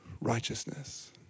righteousness